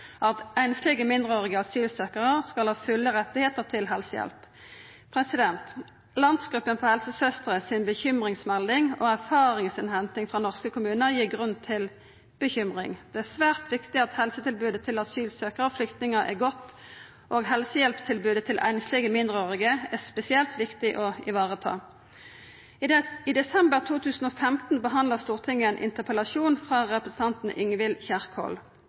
at einslege mindreårige asylsøkjarar skal ha fulle rettar til helsehjelp. Landsgruppen av helsesøstre si bekymringsmelding og erfaringsinnhenting frå norske kommunar gir grunn til bekymring. Det er svært viktig at helsetilbodet til asylsøkjarar og flyktningar er godt, og helsehjelptilbodet til einslege mindreårige er spesielt viktig å vareta. I desember 2015 behandla Stortinget ein interpellasjon frå representanten